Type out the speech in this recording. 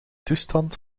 toestand